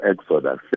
Exodus